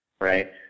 right